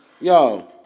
Yo